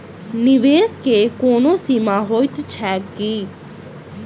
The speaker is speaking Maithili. निवेश केँ कोनो सीमा होइत छैक की?